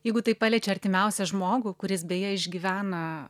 jeigu tai paliečia artimiausią žmogų kuris beje išgyvena